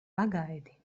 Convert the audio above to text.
pagaidi